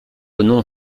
non